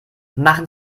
machen